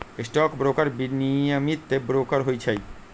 stock broker विनियमित broker होइ छइ